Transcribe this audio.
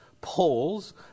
polls